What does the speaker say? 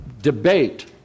debate